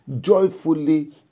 joyfully